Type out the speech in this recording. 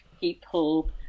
people